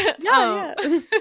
no